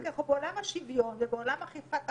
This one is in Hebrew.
כי אנחנו בעולם השוויון ובעולם אכיפת החוק,